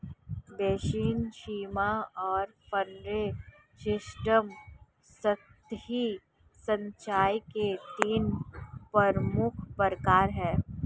basin, सीमा और furrow system सतही सिंचाई के तीन प्रमुख प्रकार है